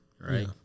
right